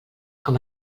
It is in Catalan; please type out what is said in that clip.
com